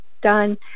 done